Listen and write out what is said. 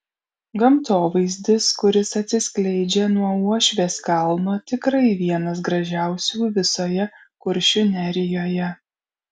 gamtovaizdis kuris atsiskleidžia nuo uošvės kalno tikrai vienas gražiausių visoje kuršių nerijoje